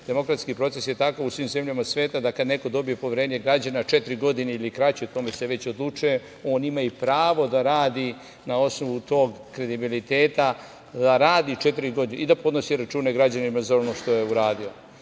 demokratski proces je takav u svim zemljama sveta da kada neko dobije poverenje građana, četiri godine ili kraće, o tome se već odlučuje, on ima i pravo da radi na osnovu tog kredibiliteta, da radi četiri godine i da podnosi račune građanima za ono što je uradio. Ova